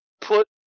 put